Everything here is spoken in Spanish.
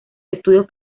estudios